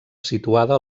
situada